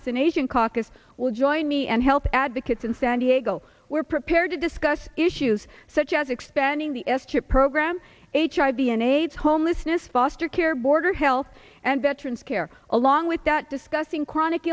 us an asian caucus will join me and health advocates in san diego were prepared to discuss issues such as expanding the s chip program eight b n aids homelessness foster care border health and veterans care along with that discussing chronic